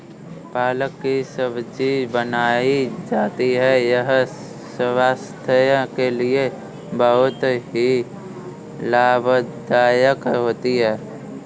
पालक की सब्जी बनाई जाती है यह स्वास्थ्य के लिए बहुत ही लाभदायक होती है